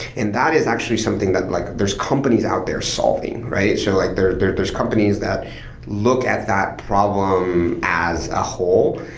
and that is actually something that like there's companies out there solving, right? so like there's there's companies that look at that problem as a whole,